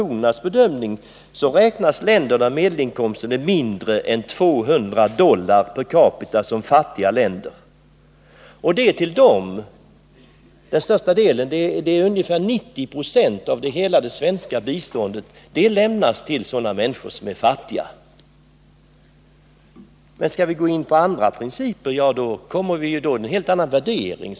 Ja, enligt FN räknas länder där medelinkomsten är mindre än 200 dollar per capita som fattiga länder. Och den största delen, ungefär 90 90, av det svenska biståndet lämnas till sådana länder och människor som är fattiga. Men skall vi gå in på andra principer, då gäller det helt andra värderingar.